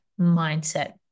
mindset